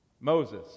Moses